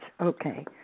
Okay